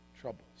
troubles